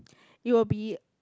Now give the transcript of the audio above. it will be